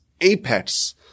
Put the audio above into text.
apex